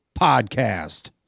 podcast